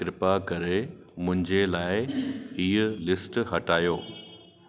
कृपा करे मुंहिंजे लाइ हीअ लिस्ट हटायो